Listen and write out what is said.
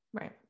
Right